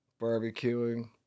barbecuing